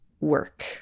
work